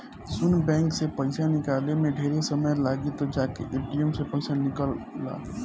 सुन बैंक से पइसा निकाले में ढेरे समय लागी त जाके ए.टी.एम से पइसा निकल ला